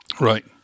Right